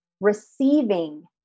receiving